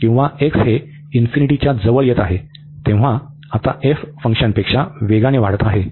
किंवा हे इन्फिनिटीच्या जवळ येत आहे तेव्हा आता फंक्शनपेक्षा वेगाने वाढत आहे